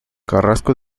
carrasco